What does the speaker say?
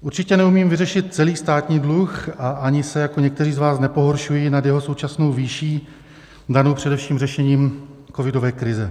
Určitě neumím vyřešit celý státní dluh a ani se jako někteří z vás nepohoršuji nad jeho současnou výší danou především řešením covidové krize.